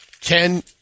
Ken